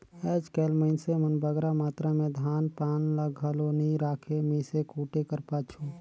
आएज काएल मइनसे मन बगरा मातरा में धान पान ल घलो नी राखें मीसे कूटे कर पाछू